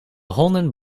honden